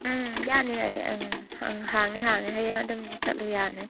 ꯎꯝ ꯌꯥꯅꯤ ꯑꯩ ꯑ ꯍꯥꯡꯅꯤ ꯍꯥꯡꯅꯤ ꯍꯌꯦꯡ ꯑꯗꯨꯝ ꯆꯠꯂꯨ ꯌꯥꯅꯤ